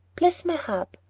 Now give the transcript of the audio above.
bless my heart!